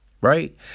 Right